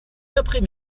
d’après